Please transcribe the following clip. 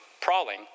prowling